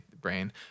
brain